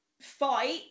fight